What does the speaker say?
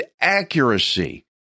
accuracy